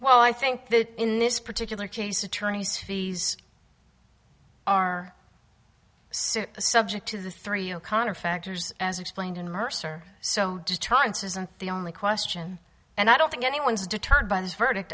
well i think that in this particular case attorneys fees are so subject to the three o'connor factors as explained in mercer so deterrence isn't the only question and i don't think anyone's deterred by this verdict